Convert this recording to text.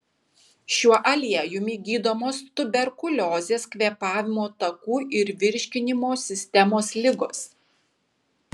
šiuo aliejumi gydomos tuberkuliozės kvėpavimo takų ir virškinimo sistemos ligos